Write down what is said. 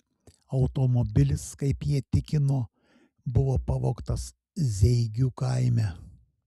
automobilis kaip jie tikino buvo pavogtas zeigių kaime